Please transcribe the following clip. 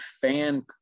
fan